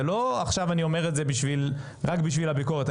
זה לא שעכשיו אני אומר את זה רק בשביל הביקורת.